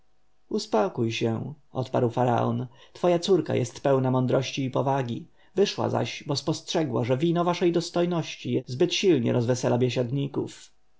uspokój się odparł faraon twoja córka jest pełna mądrości i powagi wyszła zaś bo spostrzegła że wino waszej dostojności zbyt silnie rozwesela biesiadników